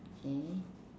okay